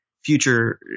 future